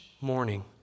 morning